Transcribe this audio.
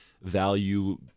value